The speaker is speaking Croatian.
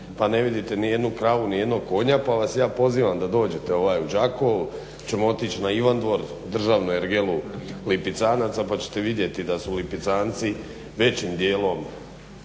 pa ne vidite ni jednu kravu, ni jednog konja, pa vas ja pozivam da dođete u Đakovo, pa ćemo otić na Ivan dvor državnu ergelu lipicanaca pa ćete vidjeti da su lipicanci većim dijelom